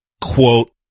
Quote